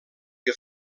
que